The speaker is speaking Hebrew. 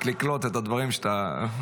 אני אפילו לא מספיק לקלוט את הדברים שאתה מקריא.